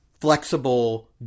flexible